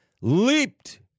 leaped